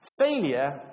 Failure